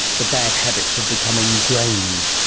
the bad habits have become engrained.